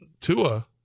Tua